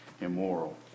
immoral